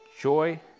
joy